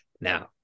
Now